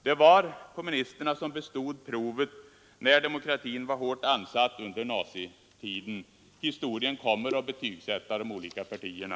Det var kommunisterna som bestod provet när demokratin var hårt ansatt under nazitiden. Historien kommer att betygsätta de olika partierna.